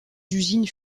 usines